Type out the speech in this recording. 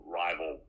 rival